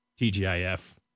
TGIF